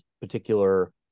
particular